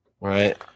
Right